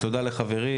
תודה לחברי,